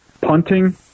punting